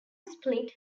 split